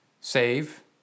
Save